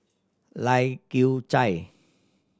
Lai Kew Chai